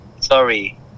Sorry